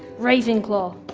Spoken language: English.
ravenclaw.